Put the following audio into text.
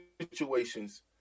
situations